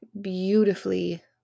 beautifully